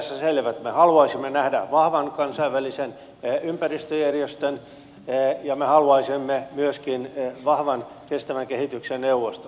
me haluaisimme nähdä vahvan kansainvälisen ympäristöjärjestön ja haluaisimme myöskin vahvan kestävän kehityksen neuvoston